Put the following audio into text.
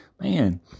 Man